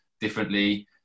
differently